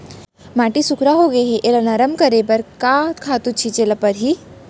माटी सैकड़ा होगे है एला नरम करे बर का खातू छिंचे ल परहि?